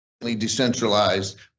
decentralized